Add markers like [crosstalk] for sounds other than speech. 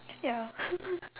ya [laughs]